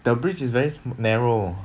the bridge is very small narrow